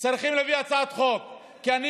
לא צריך חוק בשביל זה.